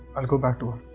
i'll go back to